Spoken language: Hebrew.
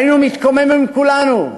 היינו מתקוממים כולנו,